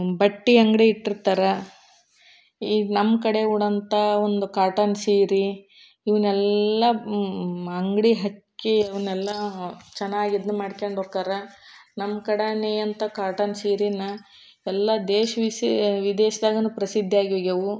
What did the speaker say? ಬಟ್ಟೆ ಅಂಗಡಿ ಇಟ್ಟಿರ್ತಾರೆ ಈಗ ನಮ್ಮ ಕಡೆ ಉಡೊಂಥ ಒಂದು ಕಾಟನ್ ಸೀರೆ ಇವನ್ನೆಲ್ಲ ಅಂಗಡಿ ಹಕ್ಕಿ ಇವನ್ನೆಲ್ಲ ಚೆನ್ನಾಗಿ ಇದು ಮಾಡ್ಕ್ಯಂಡು ಹೊಕ್ಯರ ನಮ್ಮ ಕಡನಿ ಅಂತ ಕಾಟನ್ ಸೀರೆನ ಎಲ್ಲ ದೇಶ ವಿಶಿ ವಿದೇಶ್ದಾಗೂನು ಪ್ರಸಿದ್ಧಿಯಾಗಿ ಹೋಗ್ಯವೆ